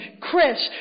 Chris